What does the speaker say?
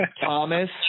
Thomas